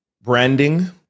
branding